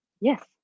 Yes